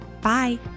Bye